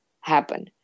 happen